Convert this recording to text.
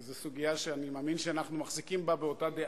כי זו סוגיה שאני מאמין שאנחנו מחזיקים בה באותה דעה.